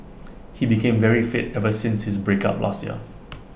he became very fit ever since his breakup last year